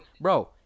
bro